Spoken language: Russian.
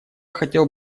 хотел